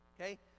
Okay